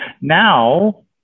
Now